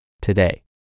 today